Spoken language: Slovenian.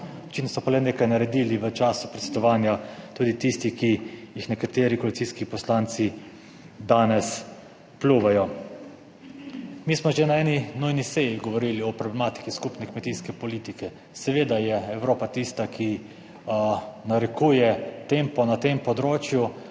očitno so pa le nekaj naredili v času predsedovanja tudi tisti, ki jih nekateri koalicijski poslanci danes pljuvajo. Mi smo že na eni nujni seji govorili o problematiki skupne kmetijske politike, seveda je Evropa tista, ki narekuje tempo na tem področju,